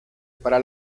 para